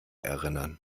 erinnern